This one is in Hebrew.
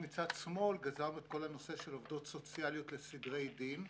את כל הנושא של עובדות סוציאליות לסדרי דין.